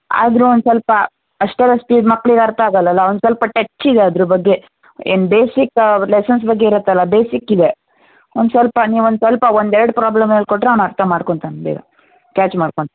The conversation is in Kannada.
ಆದರೆ ಒಂದು ಸ್ವಲ್ಪ ಅಷ್ಟೆಲ್ಲ ಸ್ಪೀಡ್ ಮಕ್ಳಿಗೆ ಅರ್ಥ ಆಗಲ್ಲ ಅಲ್ಲಾ ಒಂದು ಸ್ವಲ್ಪ ಟಚ್ ಇದೆ ಅದ್ರ ಬಗ್ಗೆ ಏನು ಬೇಸಿಕ್ ಲೆಸನ್ಸ್ ಬಗ್ಗೆ ಇರತ್ತಲ್ಲ ಬೇಸಿಕ್ಕಿದೆ ಒಂದು ಸ್ವಲ್ಪ ನೀವು ಒಂದು ಸ್ವಲ್ಪ ಒಂದು ಎರಡು ಪ್ರಾಬ್ಲಮ್ ಹೇಳ್ಕೊಟ್ರೆ ಅವ್ನು ಅರ್ಥ ಮಾಡ್ಕೊಂತಾನೆ ಬೇಗ ಕ್ಯಾಚ್ ಮಾಡ್ಕೊನ್